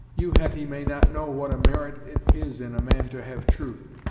you, hetty, may not know what a merit it is in a man to have truth,